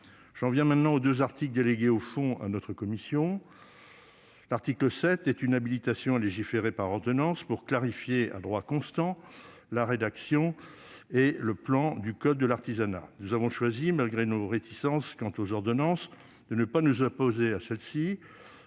J'en viens maintenant aux deux articles délégués au fond à notre commission. L'article 7 est une habilitation à légiférer par ordonnance tendant à clarifier, à droit constant, la rédaction et le plan du code de l'artisanat. Nous avons choisi, malgré nos réserves à l'égard des ordonnances, de ne pas nous opposer à celle-ci